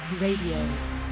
Radio